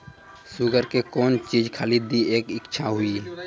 Sugar के कौन चीज खाली दी कि अच्छा हुए?